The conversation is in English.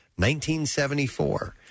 1974